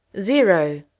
Zero